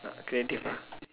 uh creative ah